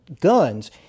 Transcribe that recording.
guns